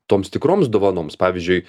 toms tikroms dovanoms pavyzdžiui